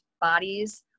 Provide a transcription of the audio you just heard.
bodies